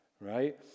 right